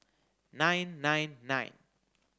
nine nine nine